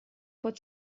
pot